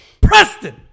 Preston